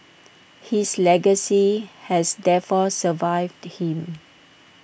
his legacy has therefore survived him